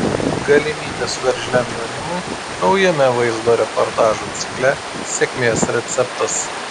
galimybės veržliam jaunimui naujame vaizdo reportažų cikle sėkmės receptas